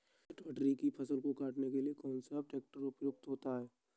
चटवटरी की फसल को काटने के लिए कौन सा ट्रैक्टर उपयुक्त होता है?